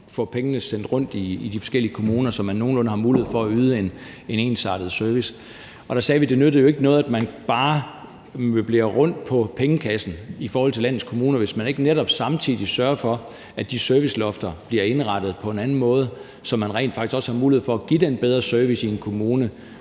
man får pengene sendt rundt i de forskellige kommuner, så de nogenlunde har mulighed for at yde en ensartet service. Der sagde vi, at det jo ikke nytter noget, at man bare møblerer rundt på pengene i forhold til landets kommuner, hvis man ikke netop samtidig sørger for, at de servicelofter bliver indrettet på en anden måde, så der rent faktisk også er mulighed for at give den bedre service i en kommune,